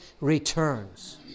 returns